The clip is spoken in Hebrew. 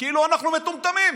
כאילו אנחנו מטומטמים,